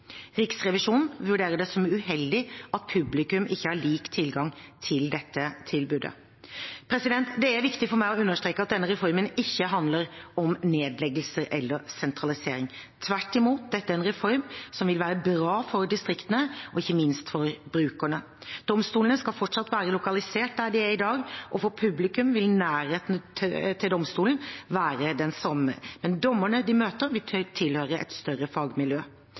Riksrevisjonen vurderer det som uheldig at publikum ikke har lik tilgang til dette tilbudet. Det er viktig for meg å understreke at denne reformen ikke handler om nedleggelser eller sentralisering. Tvert imot, dette er en reform som vil være bra for distriktene, og ikke minst for brukerne. Domstolene skal fortsatt være lokalisert der de er i dag, og for publikum vil nærheten til domstolene være den samme, men dommerne de møter, vil tilhøre et større fagmiljø.